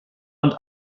und